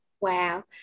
Wow